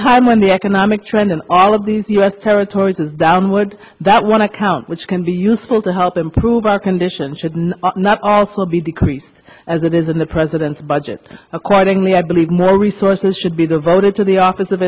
time when the economic trend in all of these u s territories is downward that one account which can be useful to help improve our condition should not also be decreased as it is in the president's budget accordingly i believe more resources should be devoted to the office of